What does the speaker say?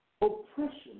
Oppression